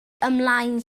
ymlaen